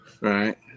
right